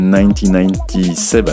1997